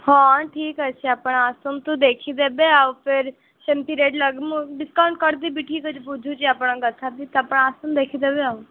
ହଁ ଠିକ୍ ଅଛି ଆପଣ ଆସନ୍ତୁ ଦେଖି ଦେବେ ଆଉ ଫେର୍ ସେମିତି ରେଟ୍ ଲଗେ ମୁଁ ଡିସ୍କାଉଣ୍ଟ କରିଦେବି ଠିକ୍ ଅଛି ବୁଝୁଛି ଆପଣଙ୍କ କଥା ଆପଣ ଆସନ୍ତୁ ଦେଖି ଦେବେ ଆଉ